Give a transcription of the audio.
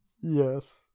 Yes